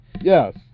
Yes